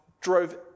drove